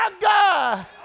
God